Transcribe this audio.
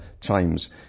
times